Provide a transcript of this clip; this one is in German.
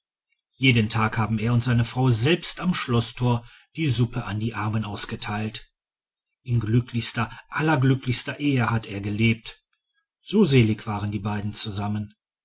jeden tag haben er und seine frau selbst am schloßtor die suppe an die armen ausgeteilt in glücklichster allerglücklichster ehe hat er gelebt so selig waren die beiden zusammen